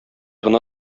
гына